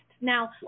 Now